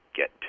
get